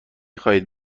خواهید